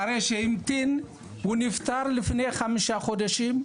אחרי שהמתין הוא נפטר לפני חמישה חודשים,